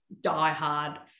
diehard